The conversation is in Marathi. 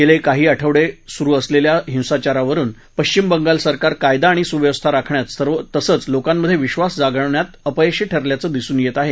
गेले काही आठवडे सुरु असलेल्या हिसांचारावरुन पश्चिम बंगाल सरकार कायदा आणि सुव्यवस्था राखण्यात तसंच लोकांमधे विद्वास जागवण्यात अपयशी ठरल्याचं दिसून येत आहे